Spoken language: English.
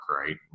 right